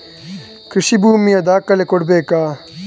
ಕೃಷಿ ಭೂಮಿಯ ದಾಖಲೆ ಕೊಡ್ಬೇಕಾ?